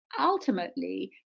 ultimately